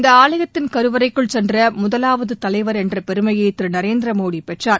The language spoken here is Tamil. இந்த ஆலயத்தின் கருவறைக்குள் சென்ற முதலாவது தலைவா் என்ற பெருமையை திரு நரேந்திரமோடி பெற்றார்